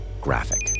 graphic